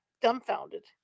dumbfounded